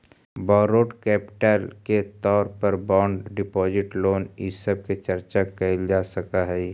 borrowed capital के तौर पर बॉन्ड डिपाजिट लोन इ सब के चर्चा कैल जा सकऽ हई